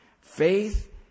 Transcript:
Faith